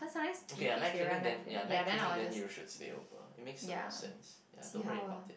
okay lah night cleaning then ya night cleaning then you should stay over makes some more sense ya don't worry about it